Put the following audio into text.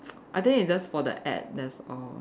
I think it's just for the ad that's all